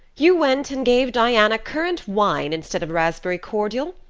you went and gave diana currant wine instead of raspberry cordial.